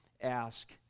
ask